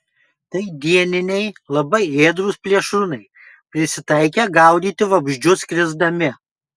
tai dieniniai labai ėdrūs plėšrūnai prisitaikę gaudyti vabzdžius skrisdami